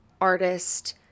artist